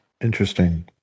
Interesting